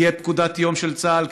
תהיה פקודת יום של צה"ל,